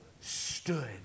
stood